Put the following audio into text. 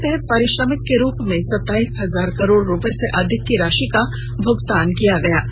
इसके तहत पारिश्रमिक के रूप में सताइस हजार करोड़ रुपये से अधिक की राशि का भुगतान किया गया